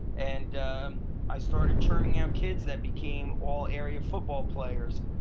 and um i started churning out kids that became all-area football players,